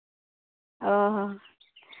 ᱚ ᱦᱚᱸ